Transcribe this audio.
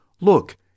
Look